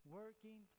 working